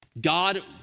God